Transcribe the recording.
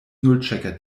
nullchecker